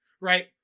Right